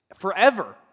Forever